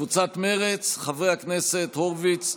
קבוצת סיעת מרצ: חברי הכנסת ניצן הורוביץ,